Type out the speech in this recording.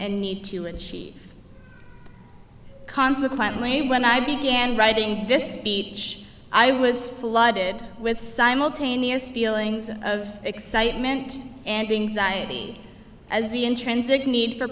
and need to achieve consequently when i began writing this speech i was flooded with simultaneous feelings of excitement and anxiety as the intrinsic need for